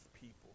people